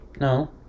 no